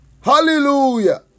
Hallelujah